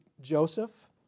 Joseph